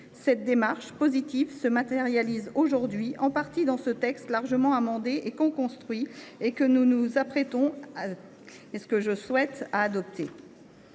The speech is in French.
Cette démarche, positive, se matérialise aujourd’hui en partie dans ce texte, largement amendé et coconstruit, que nous nous apprêtons – je